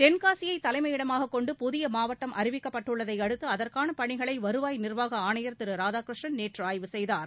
தென்காசியை தலைமையிடமாகக் கொண்டு புதிய மாவட்டம் அறிவிக்கப்பட்டுள்ளதையடுத்து அதற்கான பணிகளை வருவாய் நிர்வாக ஆணையர் திரு ராதாகிருஷ்ணன் நேற்று ஆய்வு செய்தார்